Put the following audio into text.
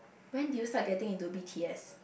when did you start getting into b_t_s